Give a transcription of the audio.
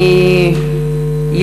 אני,